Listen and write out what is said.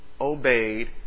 obeyed